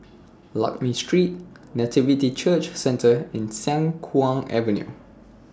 Lakme Street Nativity Church Centre and Siang Kuang Avenue